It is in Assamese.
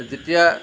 যেতিয়া